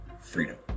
Freedom